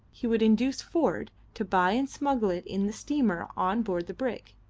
he would induce ford to buy and smuggle it in the steamer on board the brig.